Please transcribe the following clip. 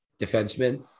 defenseman